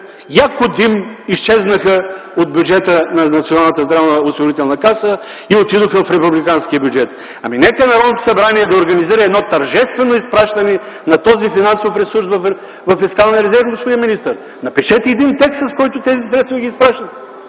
яко дим изчезнаха от бюджета на Националната здравноосигурителна каса и отидоха в Републиканския бюджет? Ами нека Народното събрание да организира едно тържествено изпращане на този финансов ресурс във фискалния резерв, господин министър! Напишете един текст, с който тези средства ги изпращате.